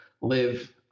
live